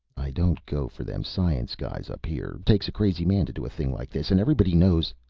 i don't go for them science guys up here. takes a crazy man to do a thing like this, and everybody knows.